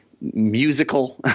musical